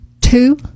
two